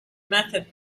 method